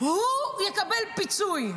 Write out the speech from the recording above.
הוא יקבל פיצוי,